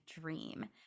dream